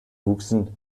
wuchsen